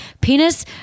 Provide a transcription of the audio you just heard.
penis